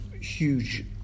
huge